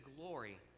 glory